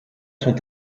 sont